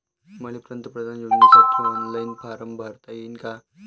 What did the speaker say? मले पंतप्रधान योजनेसाठी ऑनलाईन फारम भरता येईन का?